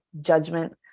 judgment